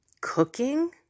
cooking